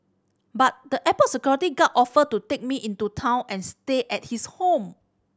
but the airport security guard offered to take me into town and stay at his home